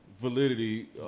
validity